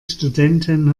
studenten